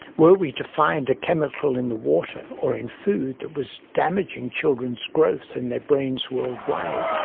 were we to find a chemical in the water, or in food, that was damaging children's growth and their brains worldwide,